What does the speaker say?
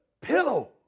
pillow